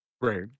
Right